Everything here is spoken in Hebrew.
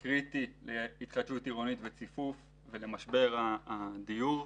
הוא קריטי להתחדשות עירונית וציפוף למשבר הדיור.